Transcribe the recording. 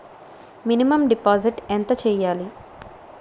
Minimum deposit ఎంత చెయ్యాలి?